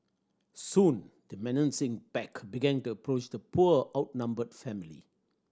soon the menacing pack began to approach the poor outnumbered family